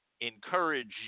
encourage